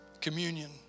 communion